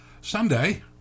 Sunday